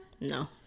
No